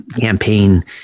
campaign